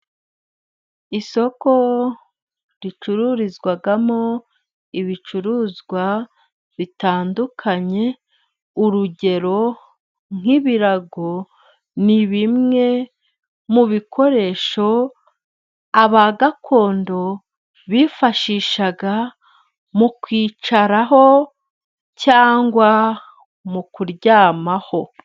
Isoko ricururizwamo ibicuruzwa bitandukanye urugero nk'ibirago, ni bimwe mu bikoresho aba gakondo bifashishaga mu kwicaraho cyangwa mu kuryamaho.